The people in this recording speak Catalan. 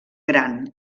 gran